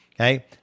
okay